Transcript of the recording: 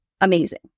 amazing